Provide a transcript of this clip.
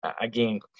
again